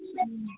ம்